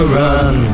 run